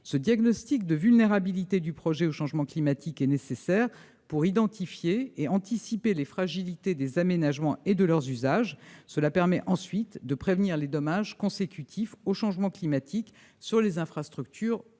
le climat et sa vulnérabilité au changement climatique. Ce diagnostic est nécessaire pour identifier et anticiper les fragilités des aménagements et de leurs usages. Cela permet ensuite de prévenir les dommages consécutifs au changement climatique sur les infrastructures